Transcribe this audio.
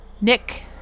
Nick